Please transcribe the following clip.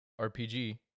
rpg